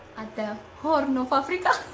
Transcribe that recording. at the horn of africa.